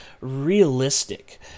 realistic